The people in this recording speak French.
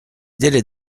délais